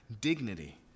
dignity